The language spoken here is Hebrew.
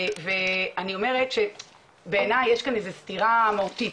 ואני אומרת, שבעיניי יש כאן איזו סתירה מהותית,